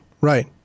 right